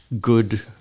good